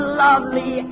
lovely